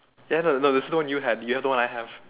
ya no no there's no new ha~ you have the one I have